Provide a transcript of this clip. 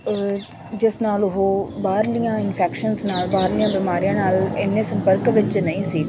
ਜਿਸ ਨਾਲ ਉਹ ਬਾਹਰਲੀਆਂ ਇਨਫੈਕਸ਼ਨ ਨਾਲ ਬਾਹਰਲੀਆਂ ਬਿਮਾਰੀਆਂ ਨਾਲ ਇੰਨੇ ਸੰਪਰਕ ਵਿੱਚ ਨਹੀਂ ਸੀ